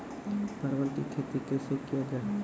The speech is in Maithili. परवल की खेती कैसे किया जाय?